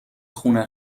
خونه